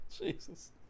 Jesus